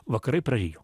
vakarai prarijo